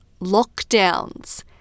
lockdowns